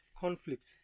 Conflict